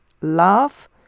love